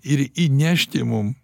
ir įnešti mum